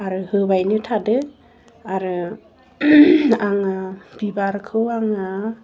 आरो होबायबो थादों आरो आङो बिबारखौ आङो